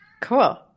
Cool